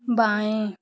बाएँ